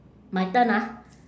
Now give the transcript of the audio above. my turn ah